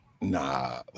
nah